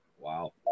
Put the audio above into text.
Wow